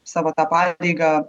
savo tą pareigą